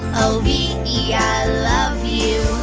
o v e, i love you ooh